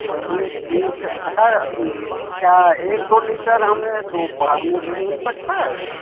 चलिए ठीक है अच्छा क्या एक दो लीटर हमें दोपहर में भी मिल सकता है